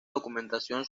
documentación